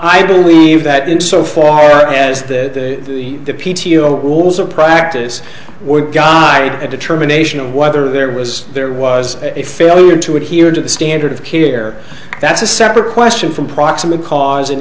i believe that in so far as the p t o rules of practice would guide the determination of whether there was there was a failure to adhere to the standard of care that's a separate question from proximate cause an